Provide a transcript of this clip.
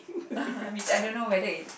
which I don't know whether it's